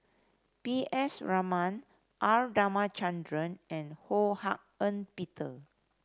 P S Raman R Ramachandran and Ho Hak Ean Peter